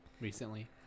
recently